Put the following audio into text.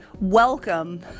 Welcome